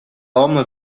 home